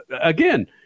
again